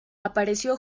apareció